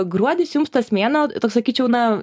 gruodis jums tas mėnuo toks sakyčiau na